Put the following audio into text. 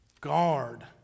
guard